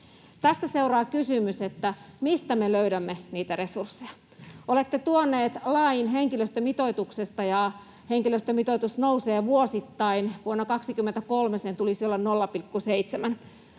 Tästä seuraa kysymys, mistä me löydämme niitä resursseja. Olette tuoneet lain henkilöstömitoituksesta, ja henkilöstömitoitus nousee vuosittain. Vuonna 23 sen tulisi olla 0,7.